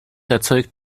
erzeugt